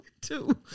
two